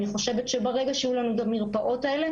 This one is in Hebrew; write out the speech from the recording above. אני חושבת שברגע שיהיו לנו את המרפאות האלה,